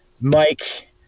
Mike